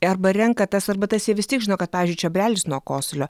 arba renka tas arbatas jie vis tiek žino kad pavyzdžiui čiobrelis nuo kosulio